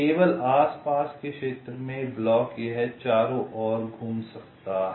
केवल आसपास के क्षेत्र में ब्लॉक यह चारों ओर घूम सकता है